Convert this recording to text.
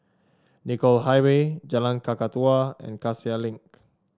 Nicoll Highway Jalan Kakatua and Cassia Link